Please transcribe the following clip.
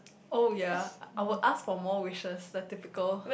oh ya I would ask for more wishes the typical